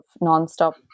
nonstop